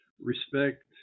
respect